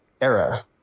era